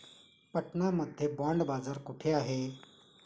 पटना मध्ये बॉंड बाजार कुठे आहे?